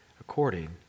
according